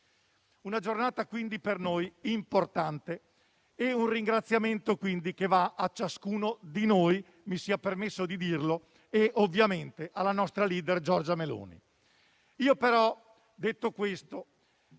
una giornata per noi importante e un ringraziamento va a ciascuno di noi - mi sia permesso di dirlo - e ovviamente alla nostra *leader* Giorgia Meloni.